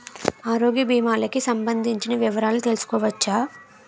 ఆరోగ్య భీమాలకి సంబందించిన వివరాలు తెలుసుకోవచ్చా?